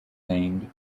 named